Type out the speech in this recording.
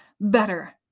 better